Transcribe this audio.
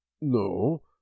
No